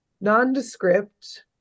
nondescript